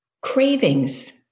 Cravings